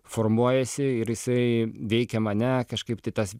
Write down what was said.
formuojasi ir jisai veikia mane kažkaip tai tas